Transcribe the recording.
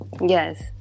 Yes